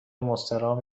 مستراح